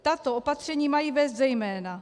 Tato opatření mají vést zejména